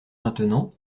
maintenant